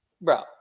Bro